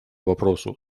вопросу